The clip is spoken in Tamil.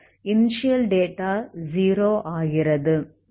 இனிஸியல் டேட்டா 0 ஆகிறது